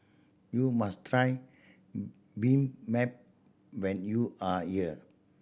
you must try been map when you are here